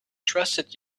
trusted